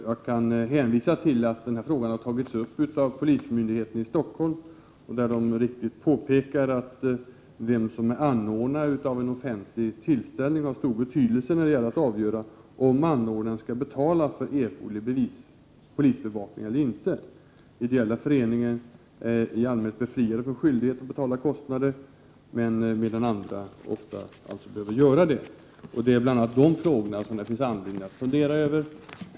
Jag vill hänvisa till det som polismyndigheten i Stockholm så riktigt påpekat när den tagit upp den här frågan. Man säger att frågan om vem som Prot. 1988/89:117 är anordnare av en offentlig tillställning har stor betydelse när det gäller att 19 maj 1989 avgöra om anordnaren skall betala för erforderlig polisbevakning eller inte. Ideella föreningar är i allmänhet befriade från skyldighet att betala kostnader, medan andra ofta behöver göra detta. Det är bl.a. dessa frågor som det finns anledning att fundera över.